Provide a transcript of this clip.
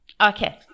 Okay